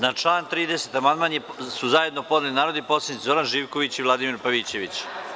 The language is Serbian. Na član 30. amandman su zajedno podneli narodni poslanici Zoran Živković i Vladimir Pavićević.